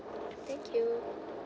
thank you